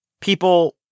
people